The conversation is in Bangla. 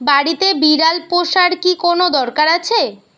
বাড়িতে বিড়াল পোষার কি কোন দরকার আছে?